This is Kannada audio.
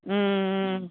ಹ್ಞೂ ಹ್ಞೂ